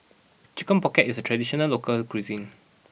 Chicken Pocket is a traditional local cuisine